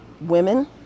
women